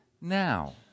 now